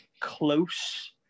close